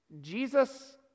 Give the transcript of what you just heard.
Jesus